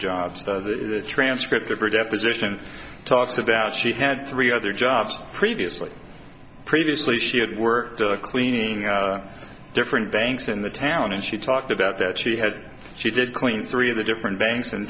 jobs the transcript of are deficient talked about she had three other jobs previously previously she had worked cleaning of different banks in the town and she talked about that she had she did clean three of the different banks in